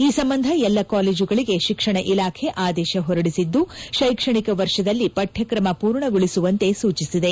ಈ ಸಂಬಂಧ ಎಲ್ಲ ಕಾಲೇಜುಗಳಿಗೆ ಶಿಕ್ಷಣ ಇಲಾಖೆ ಆದೇಶ ಹೊರಡಿಸಿದ್ದು ಶೈಕ್ಷಣಿಕ ವರ್ಷದಲ್ಲಿ ಪಠ್ಯಕ್ರಮ ಪೂರ್ಣಗೊಳಿಸುವಂತೆ ಸೂಚಿಸಿದೆ